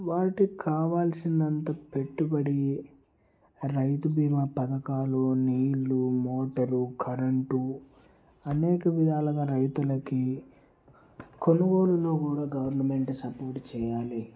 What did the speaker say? వాటికి కావాల్సిన అంత పెట్టుబడి రైతు బీమా పథకాలు నీళ్ళు మోటరు కరెంటు అనేక విధాలుగా రైతులకి కొనుగోలులో కూడా గవర్నమెంట్ సపోర్ట్ చేయాలి